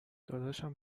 داداشم